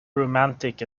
romantic